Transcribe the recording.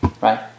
Right